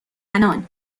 عنان